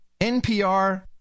NPR